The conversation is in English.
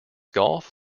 golf